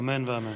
אמן ואמן.